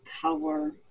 power